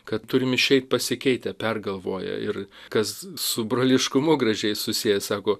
kad turim išeiti pasikeitę pergalvoję ir kas su broliškumu gražiai susieja sako